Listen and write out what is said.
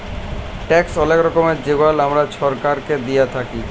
tax অলেক রকমের যেগলা আমরা ছরকারকে আমরা দিঁই